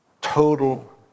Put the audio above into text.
Total